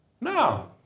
No